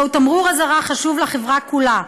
זהו תמרור אזהרה חשוב לחברה כולה.